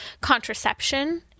contraception